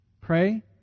Pray